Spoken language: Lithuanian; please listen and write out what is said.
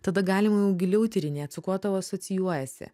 tada galima jau giliau tyrinėt su kuo tau asocijuojasi